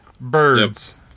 Birds